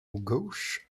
gauche